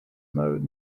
mode